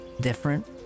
different